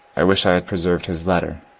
i wish i had preserved his letter.